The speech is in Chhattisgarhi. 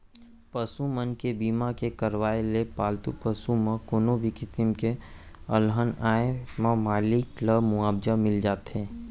पसु मन के बीमा के करवाय ले पालतू पसु म कोनो भी किसम के अलहन आए म मालिक ल मुवाजा मिल जाथे